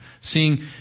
seeing